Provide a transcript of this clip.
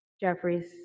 Jeffries